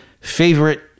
favorite